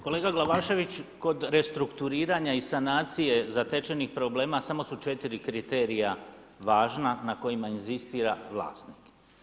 Kolega Glavašević, kod restrukturiranja i sanacije zatečenih problema samo su 4 kriterija važna na kojima inzistira vlasnik.